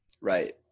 Right